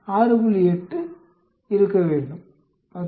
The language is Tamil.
8 இறக்க வேண்டும் 10